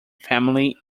family